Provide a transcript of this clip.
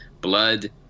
blood